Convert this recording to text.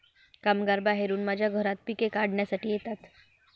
कामगार बाहेरून माझ्या घरात पिके काढण्यासाठी येतात